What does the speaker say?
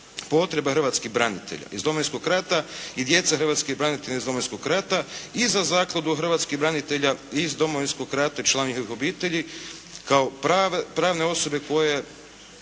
potrebe hrvatskih branitelja iz Domovinskog rata i djeca hrvatskih branitelja iz Domovinskog rata i za Zakladu hrvatskih branitelja iz Domovinskog rata i članova njihovih obitelji, kao pravne osobe koje